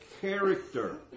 character